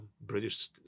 British